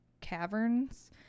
caverns